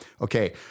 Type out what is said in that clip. Okay